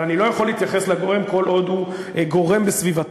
אבל אני לא יכול להתייחס לגורם כל עוד הוא גורם בסביבתו,